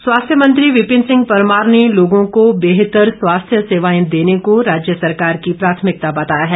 परमार स्वास्थ्य मंत्री विपिन सिंह परमार ने लोगों को बेहतर स्वास्थ्य सेवाएं देने को राज्य सरकार की प्राथमिकता बताया है